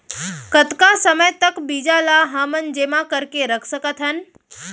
कतका समय तक बीज ला हमन जेमा करके रख सकथन?